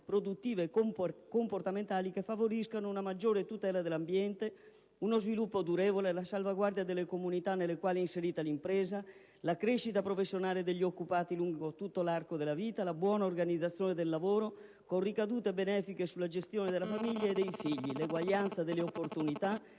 produttive e comportamentali che favoriscano una maggiore tutela dell'ambiente, uno sviluppo durevole, la salvaguardia delle comunità nelle quali è inserita l'impresa, la crescita professionale degli occupati lungo tutto l'arco della vita, la buona organizzazione del lavoro, con ricadute benefiche sulla gestione della famiglia e dei figli, l'eguaglianza delle opportunità,